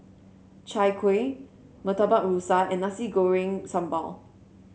Chai Kueh Murtabak Rusa and Nasi Goreng Sambal